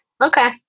Okay